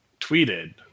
tweeted